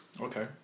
Okay